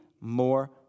more